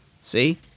see